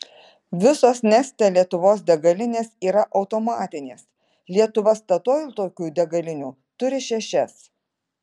visos neste lietuvos degalinės yra automatinės lietuva statoil tokių degalinių turi šešias